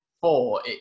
four